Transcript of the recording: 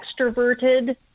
extroverted